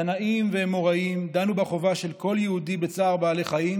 תנאים ואמוראים דנו בחובה של כל יהודי בצער בעלי חיים,